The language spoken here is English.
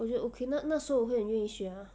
我觉得 okay 那那时候我会很愿意学 ah